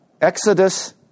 Exodus